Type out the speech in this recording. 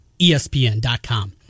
ESPN.com